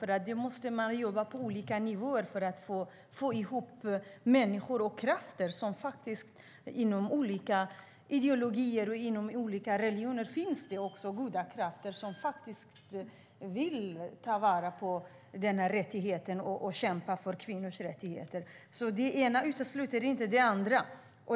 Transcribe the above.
Man måste jobba på olika nivåer för att samla människor och krafter. Inom olika ideologier och olika religioner finns det också goda krafter som faktiskt vill ta vara på den här rättigheten och kämpa för kvinnors rättigheter. Det ena utesluter inte det andra.